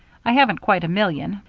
i haven't quite a million,